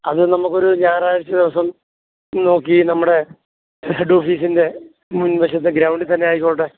അത് നമ്മള്ക്കൊരു ഞായറാഴ്ചദിവസം നോക്കി നമ്മുടെ ഹെഡ്ഡോഫിസിൻ്റെ മുൻവശത്തെ ഗ്രൗണ്ടില്ത്തന്നെ ആയിക്കോട്ടെ